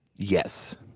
Yes